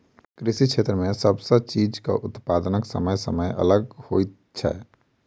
कृषि क्षेत्र मे सब चीजक उत्पादनक समय अलग अलग होइत छै